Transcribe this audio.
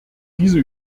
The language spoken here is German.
diese